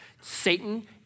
Satan